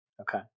Okay